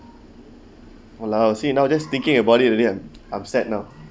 !walao! see now just thinking about it already I'm upset now